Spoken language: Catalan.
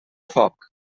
foc